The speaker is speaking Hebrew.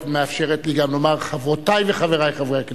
את מאפשרת לי גם לומר: חברותי וחברי חברי הכנסת,